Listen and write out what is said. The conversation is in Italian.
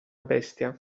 bestia